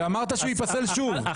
אמרת שהוא ייפסל שוב.